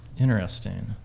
Interesting